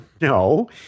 no